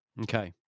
Okay